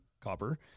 copper